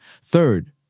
Third